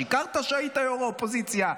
שיקרת שהיית יו"ר האופוזיציה,